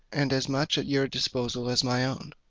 and as much at your disposal as my own.